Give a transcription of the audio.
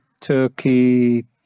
Turkey